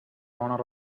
owner